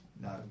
No